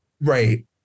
Right